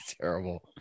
terrible